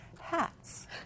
hats